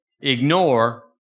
ignore